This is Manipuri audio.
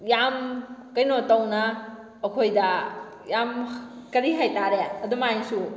ꯌꯥꯝ ꯀꯩꯅꯣ ꯇꯧꯅ ꯑꯩꯈꯣꯏꯗ ꯌꯥꯝ ꯀꯔꯤ ꯍꯥꯏ ꯇꯥꯔꯦ ꯑꯗꯨꯃꯥꯏꯁꯨ